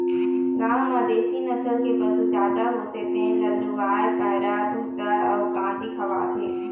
गाँव म देशी नसल के पशु जादा होथे तेन ल लूवय पैरा, भूसा अउ कांदी खवाथे